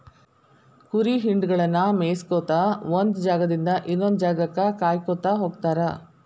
ಕುರಿ ಹಿಂಡಗಳನ್ನ ಮೇಯಿಸ್ಕೊತ ಒಂದ್ ಜಾಗದಿಂದ ಇನ್ನೊಂದ್ ಜಾಗಕ್ಕ ಕಾಯ್ಕೋತ ಹೋಗತಾರ